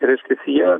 tai reiškiasi jie